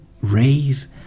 raise